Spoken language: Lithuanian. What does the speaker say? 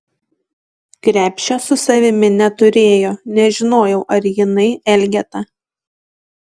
krepšio su savimi neturėjo nežinojau ar jinai elgeta